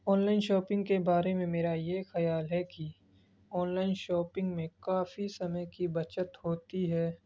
online shopping کے بارے میں میرا یہ خیال ہے کہ آنلائن شاپنگ میں کافی سمئے کی بچت ہوتی ہے